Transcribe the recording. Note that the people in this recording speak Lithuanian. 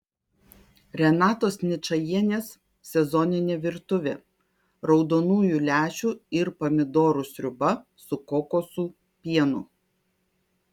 renatos ničajienės sezoninė virtuvė raudonųjų lęšių ir pomidorų sriuba su kokosų pienu